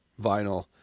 vinyl